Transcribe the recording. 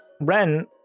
Ren